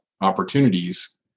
opportunities